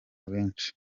benshi